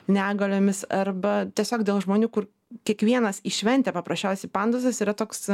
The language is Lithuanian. negaliomis arba tiesiog dėl žmonių kur kiekvienas į šventę paprasčiausiai pandusas yra toks